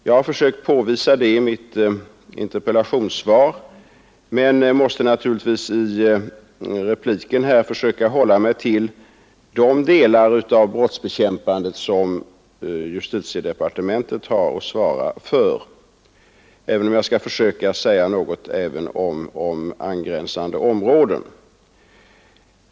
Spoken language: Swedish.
Jag har försökt påvisa det i mitt interpellationssvar men måste i denna replik försöka hålla mig till de delar av brottsbekämpningen som justitiedepartementet svarar för, även om jag skall försöka säga något också om angränsande områden.